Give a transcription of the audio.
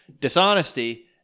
dishonesty